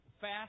fast